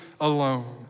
alone